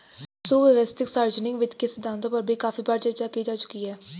सुव्यवस्थित सार्वजनिक वित्त के सिद्धांतों पर भी काफी बार चर्चा की जा चुकी है